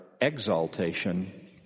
exaltation